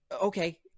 okay